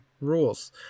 Rules